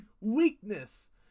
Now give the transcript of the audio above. weakness